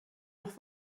noch